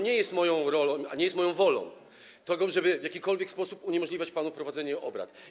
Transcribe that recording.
Nie jest moją rolą, nie jest moją wolą to, żeby w jakikolwiek sposób uniemożliwiać panu prowadzenie obrad.